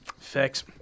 Fix